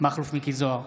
מכלוף מיקי זוהר,